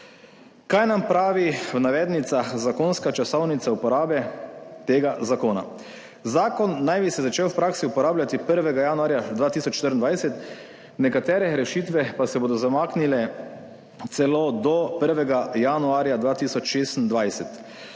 Kaj nam pravi v navednicah, zakonska časovnica uporabe tega zakona? Zakon naj bi se začel v praksi uporabljati 1. januarja 2024, nekatere rešitve pa se bodo zamaknile celo do 1. januarja 2026.